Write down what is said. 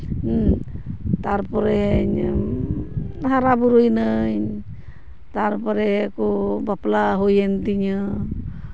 ᱦᱮᱸ ᱛᱟᱨᱯᱚᱨᱮ ᱦᱟᱨᱟ ᱵᱩᱨᱩᱭᱤᱱᱟᱹᱧ ᱛᱟᱨᱯᱚᱨᱮ ᱠᱚ ᱵᱟᱯᱞᱟ ᱦᱩᱭᱮᱱ ᱛᱤᱧᱟᱹ